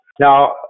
Now